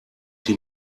die